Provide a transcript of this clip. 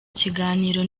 kiganiro